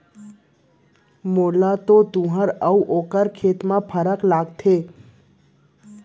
मोला तो तुंहर अउ ओकर खेत फरक लागत हे